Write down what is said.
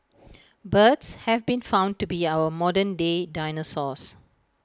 birds have been found to be our modern day dinosaurs